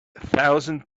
thousand